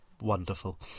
wonderful